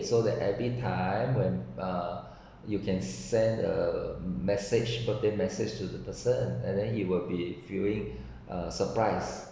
so that every time when uh you can send a message birthday message to the person and then he will be feeling uh surprise